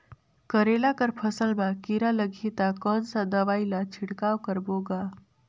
करेला कर फसल मा कीरा लगही ता कौन सा दवाई ला छिड़काव करबो गा?